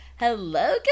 Hello